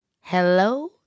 hello